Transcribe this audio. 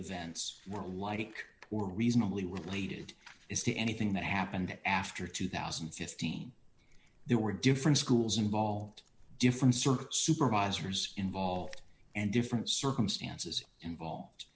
events were alike or reasonably related to anything that happened after two thousand and fifteen there were different schools involved different circuits supervisors involved and different circumstances involved